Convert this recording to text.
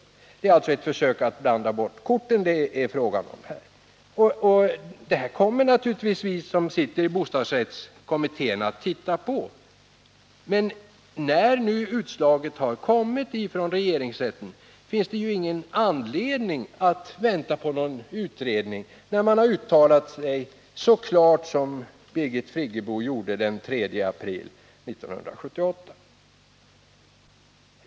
Detta är, som sagt, bara ett försök att blanda bort korten. Men den här frågan kommer naturligtvis vi som ingår i bostadsrättskommitten att titta på. Men när nu regeringsrättens utslag har fallit finns det, med tanke på det klara uttalande som Birgit Friggebo gjort den 3 april 1978, inte någon anledning att vänta på en utredning.